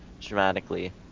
dramatically